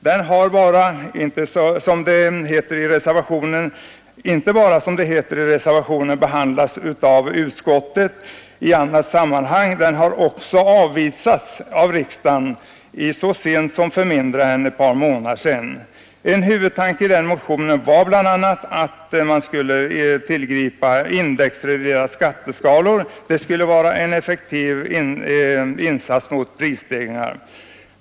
Den har inte bara, som det heter i reservationen, behandlats av utskottet i annat sammanhang. Den har också avvisats av riksdagen så sent som för mindre än ett par månader sedan. En huvudtanke i den motionen var bl.a. att man skulle tillgripa indexreglerade skatteskalor. Det skulle vara en effektiv insats mot prisstegringar.